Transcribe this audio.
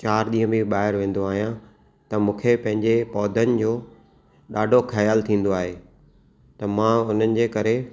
चारि ॾींह बि ॿाहरि वेंदो आहियां त मूंखे पंहिंजे पौधनि जो ॾाढ़ो ख़याल थींदो आहे त मां हुन जे करे